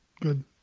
good